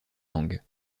langues